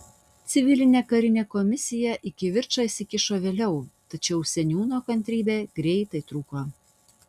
civilinė karinė komisija į kivirčą įsikišo vėliau tačiau seniūno kantrybė greitai trūko